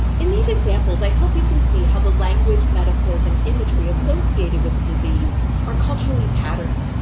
in these examples, i hope you can see how the language, metaphors, and imagery associated with a disease are culturally patterned.